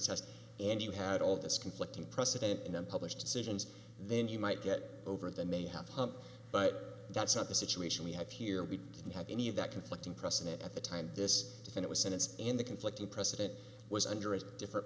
circuit and you had all this conflict unprecedented in unpublished decisions then you might get over the may have hope but that's not the situation we have here we didn't have any of that conflicting precedent at the time this and it was and it's in the conflict the president was under a different